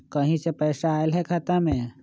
कहीं से पैसा आएल हैं खाता में?